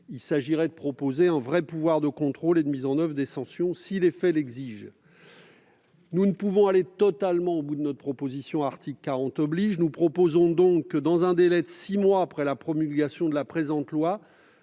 Il s'agirait de proposer un vrai pouvoir de contrôle et de mise en oeuvre des sanctions si les faits l'exigeaient. Nous ne pouvons aller totalement au bout de notre proposition, article 40 de la Constitution oblige. Nous demandons donc que, dans un délai de six mois après la promulgation de la présente loi,